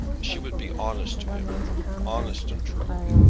she would be honest to him honest and true.